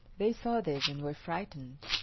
they saw this, and were frightened.